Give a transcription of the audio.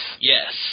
Yes